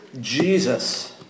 Jesus